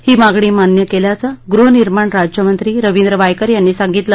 ही मागणी मान्य केल्याचं गृहनिर्माण राज्यमंत्री रवींद्र वायकर यांनी सांगितलं